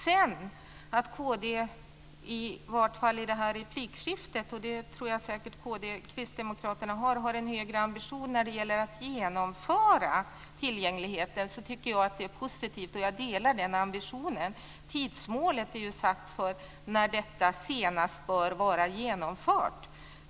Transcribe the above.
Jag tycker att det är positivt att Kristdemokraterna i det här replikskiftet har en högre ambition när det gäller att genomföra tillgängligheten. Jag delar den ambitionen. Tidsmålet gäller när detta senast bör vara genomfört.